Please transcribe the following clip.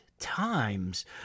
times